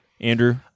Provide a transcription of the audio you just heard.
Andrew